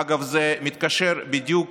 אגב, זה מתקשר בדיוק